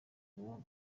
abo